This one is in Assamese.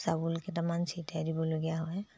চাউল কেইটামান ছিটিয়াই দিবলগীয়া হয়